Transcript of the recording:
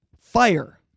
fire